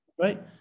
right